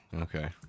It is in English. Okay